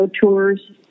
tours